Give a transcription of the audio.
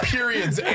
Periods